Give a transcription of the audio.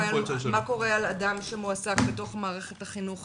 מה קורה לאדם שממועסק במערכת החינוך